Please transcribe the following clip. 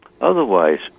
otherwise